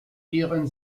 ihren